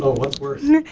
what's worse?